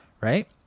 right